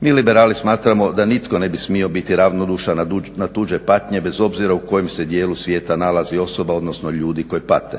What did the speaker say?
Mi liberali smatramo da nitko ne bi smio biti ravnodušan na tuđe patnje bez obzira u kojem se dijelu svijetu nalazi osoba, odnosno ljudi koji pate.